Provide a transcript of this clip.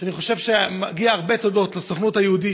אני חושב שמגיע הרבה תודות לסוכנות היהודית,